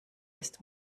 ist